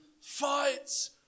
fights